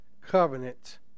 covenant